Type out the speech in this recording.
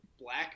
Black